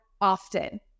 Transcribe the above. often